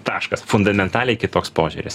taškas fundamentaliai kitoks požiūris